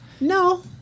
No